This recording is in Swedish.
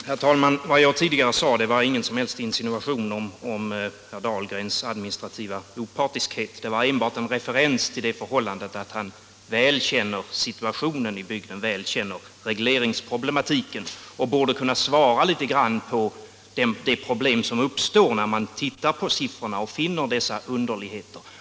Herr talman! Vad jag tidigare sade var ingen som helst insinuation om herr Dahlgrens administrativa opartiskhet. Det var enbart en referens till det förhållandet att han väl känner situationen i bygden, väl känner regleringsproblematiken och borde kunna svara litet grand. när det gäller de problem som uppstår då man ser på siffrorna och finner dessa underligheter.